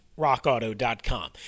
rockauto.com